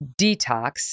detox